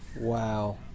Wow